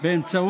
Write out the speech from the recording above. לשקר.